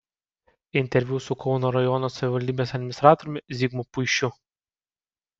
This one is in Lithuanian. interviu su kauno rajono savivaldybės administratoriumi zigmu puišiu